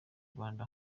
rwanda